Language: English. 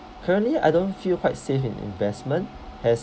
currently I don't feel quite safe in investment yes